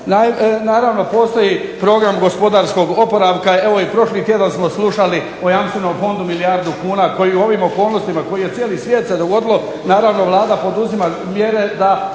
Naravno postoji program gospodarskog oporavka, evo i prošli tjedan smo slušali o jamstvenom fondu milijardu kuna, koji u ovim okolnostima, koji je cijeli svijet se dogodilo, naravno Vlada poduzima mjere da